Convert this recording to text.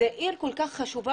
זאת עיר כל כך חשובה.